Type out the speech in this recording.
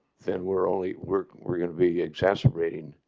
then we're only working we're. gonna be exasperated.